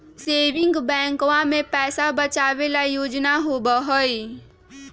saving बैंकवा में पैसा बचावे ला योजना होबा हई